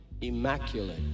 immaculate